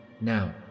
Now